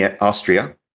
Austria